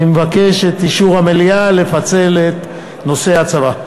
אני מבקש את אישור המליאה לפיצול נושא הצבא.